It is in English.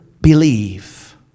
Believe